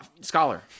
Scholar